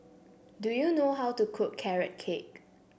do you know how to cook Carrot Cake